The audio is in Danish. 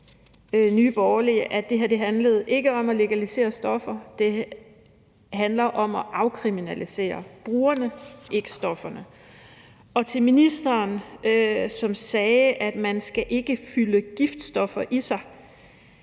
at det her ikke handler om at legalisere stoffer; det handler om at afkriminalisere brugerne, ikke stofferne. Til ministeren, som sagde, at man ikke skal fylde giftstoffer i sig,